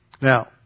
Now